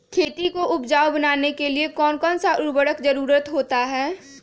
खेती को उपजाऊ बनाने के लिए कौन कौन सा उर्वरक जरुरत होता हैं?